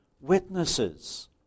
witnesses